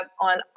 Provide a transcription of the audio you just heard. on